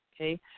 okay